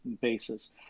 basis